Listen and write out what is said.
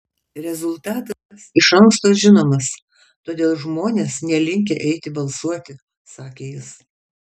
rezultatas iš anksto žinomas todėl žmonės nelinkę eiti balsuoti sakė jis